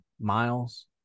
Miles